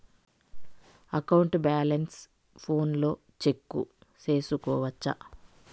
account balance ఫోనులో check సేసుకోవచ్చా